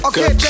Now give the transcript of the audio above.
Okay